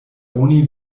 oni